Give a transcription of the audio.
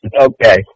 Okay